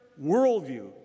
worldview